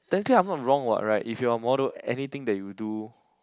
technically I'm not wrong what right if you are a model anything that you do